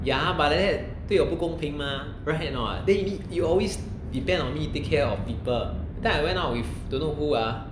ya but then 对我不公平吗 right a not you you always depend on me take care of people that time I went out with don't know who ah